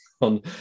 on